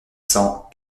cent